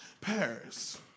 Paris